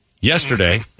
yesterday